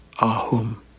Ahum